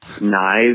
knife